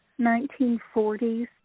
1940s